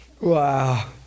Wow